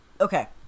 Okay